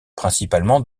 principalement